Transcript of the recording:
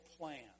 plan